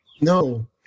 no